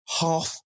half